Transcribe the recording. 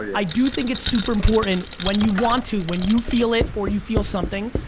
i do think it's super important when you want to when you feel it or you feel something,